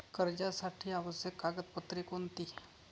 कर्जासाठी आवश्यक कागदपत्रे कोणती?